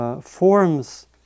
Forms